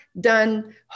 done